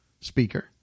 speaker